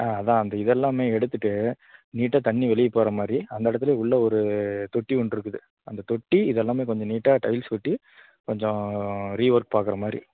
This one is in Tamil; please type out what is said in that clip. ஆ அதான் அந்த இதெல்லாமே எடுத்துவிட்டு நீட்டாக தண்ணி வெளியே போகிற மாதிரி அந்த இடத்துலே உள்ள ஒரு தொட்டி ஒன்னுருக்குது அந்த தொட்டி இதெல்லாமே கொஞ்சம் நீட்டாக டைல்ஸ் ஒட்டி கொஞ்சம் ரீவொர்க் பார்க்குற மாதிரி